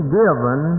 given